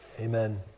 Amen